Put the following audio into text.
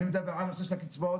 אני מדבר על הנושא של הקצבאות,